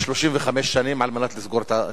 35 שנים על מנת לסגור את הפער.